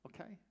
Okay